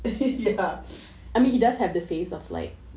err ya